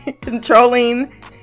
controlling